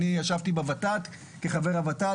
אני ישבתי בות"ת כחבר הות"ת,